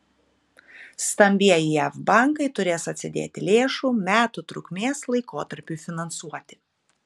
stambieji jav bankai turės atsidėti lėšų metų trukmės laikotarpiui finansuoti